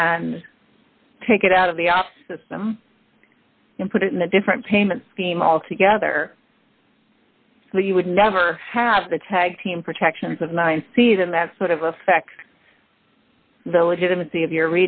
and take it out of the system put it in a different payment scheme altogether so you would never have the tag team protections of mine see them that sort of effect the legitimacy of you